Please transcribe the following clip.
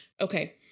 Okay